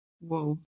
whoa